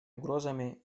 угрозами